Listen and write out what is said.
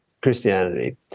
Christianity